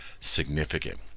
significant